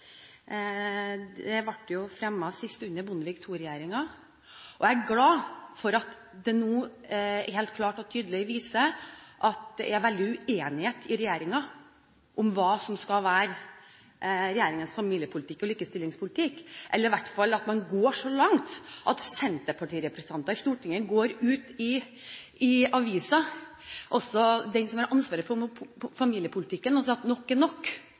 Det ble fremmet sist under Bondevik II-regjeringen. Jeg er glad for at det nå helt klart og tydelig viser at det er stor uenighet i regjeringen om hva som skal være regjeringens familiepolitikk og likestillingspolitikk, eller i hvert fall at det går så langt at senterpartirepresentanter i Stortinget, også den som har ansvaret for familiepolitikken, går ut i avisen og sier at nok er nok,